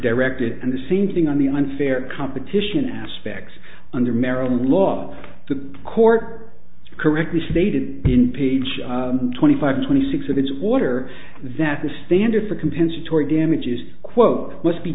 directed and the same thing on the unfair competition aspects under maryland law the court correctly stated in page twenty five twenty six of its water that the standard for compensatory damages quote must be